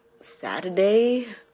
Saturday